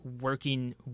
working